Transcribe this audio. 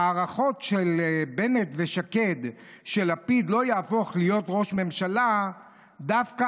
ההערכות של בנט ושקד שלפיד לא יהפוך להיות ראש ממשלה דווקא